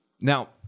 Now